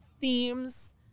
themes